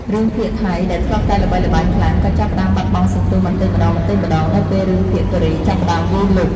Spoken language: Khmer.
រឿងភាគថៃដែលធ្លាប់តែល្បីល្បាញខ្លាំងក៏ចាប់ផ្តើមបាត់បង់សន្ទុះបន្តិចម្តងៗនៅពេលរឿងភាគកូរ៉េចាប់ផ្តើមវាយលុក។